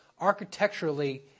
architecturally